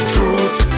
Truth